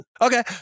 Okay